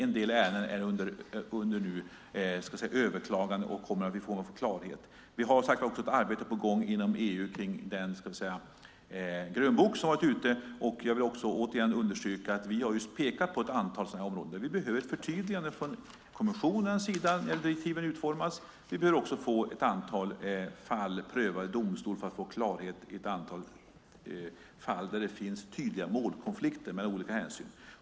En del ärenden är under överklagande, och där kommer vi att få klarhet. Vi har också ett arbete på gång inom EU kring den grönbok som har varit ute. Jag vill återigen understryka att vi har pekat på ett antal områden där vi behöver förtydliganden från kommissionens sida när det gäller hur direktiven utformas. Vi behöver också få ett antal fall prövade i domstol för att få klarhet i de fall där det finns tydliga målkonflikter med olika hänsyn.